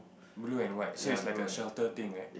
blue and white so is like a shelter thing right